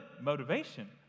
motivation